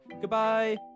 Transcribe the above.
goodbye